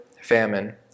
famine